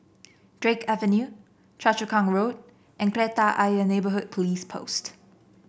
Drake Avenue Choa Chu Kang Road and Kreta Ayer Neighbourhood Police Post